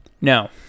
No